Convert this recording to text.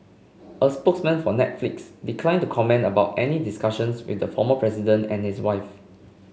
a spokesman for Netflix declined to comment about any discussions with the former president and his wife